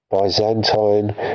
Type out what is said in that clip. Byzantine